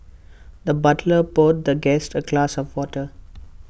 the butler poured the guest A glass of water